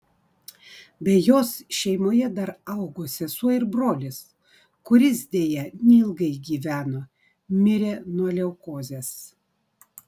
be jos šeimoje dar augo sesuo ir brolis kuris deja neilgai gyveno mirė nuo leukozės